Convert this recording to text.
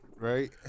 Right